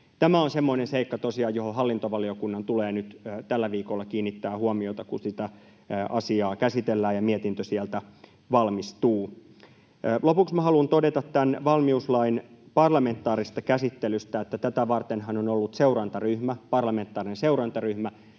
Tämä on semmoinen seikka tosiaan, johon hallintovaliokunnan tulee nyt tällä viikolla kiinnittää huomiota, kun sitä asiaa käsitellään ja mietintö sieltä valmistuu. Lopuksi minä haluan todeta tämän valmiuslain parlamentaarisesta käsittelystä, että tätä vartenhan on ollut seurantaryhmä, parlamentaarinen seurantaryhmä,